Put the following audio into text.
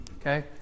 Okay